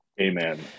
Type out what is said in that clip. Amen